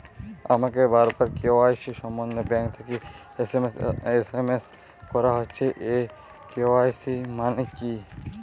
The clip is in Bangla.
আমাকে বারবার কে.ওয়াই.সি সম্বন্ধে ব্যাংক থেকে এস.এম.এস করা হচ্ছে এই কে.ওয়াই.সি মানে কী?